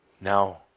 now